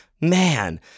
man